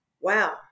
Wow